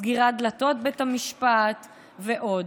סגירת דלתות בית המשפט ועוד.